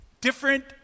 Different